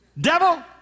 Devil